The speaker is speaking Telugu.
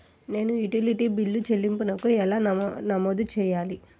నేను యుటిలిటీ బిల్లు చెల్లింపులను ఎలా నమోదు చేయాలి?